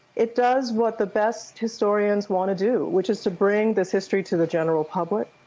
it does what the best historians want to do which is to bring this history to the general public.